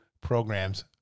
programs